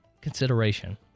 consideration